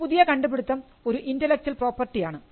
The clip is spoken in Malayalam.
ഒരു പുതിയ കണ്ടുപിടിത്തം ഒരു ഇൻൻറലെക്ച്വൽ പ്രോപ്പർട്ടി ആണ്